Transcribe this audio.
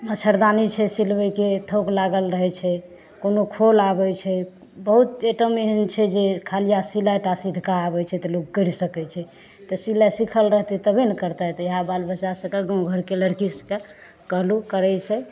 मच्छरदानी छै सीलबैके थोक लागल रहै छै कोनो खोल आबैत छै बहुत आइटम एहन छै जे खलिया सिलाइ टा सीधका आबै छै तऽ लोग करि सकैत छै तऽ सिलाइ सीखल रहतै तभे ने करतै तऽ ओहए बाल बच्चा सब कऽ गाँव घरके लड़की सब कऽ कहलहुँ करैत छै